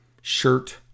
shirt